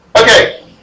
Okay